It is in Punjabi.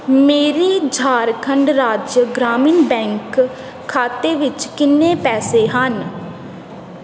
ਮੇਰੇ ਝਾਰਖੰਡ ਰਾਜ ਗ੍ਰਾਮੀਣ ਬੈਂਕ ਖਾਤੇ ਵਿੱਚ ਕਿੰਨੇ ਪੈਸੇ ਹਨ